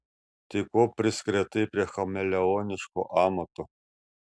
tai ko priskretai prie chameleoniško amato